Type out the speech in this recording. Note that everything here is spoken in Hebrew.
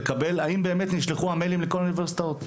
להבין ולקבל האם באמת נשלחו המיילים לכל האוניברסיטאות,